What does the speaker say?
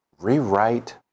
rewrite